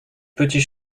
petit